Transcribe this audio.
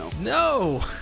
No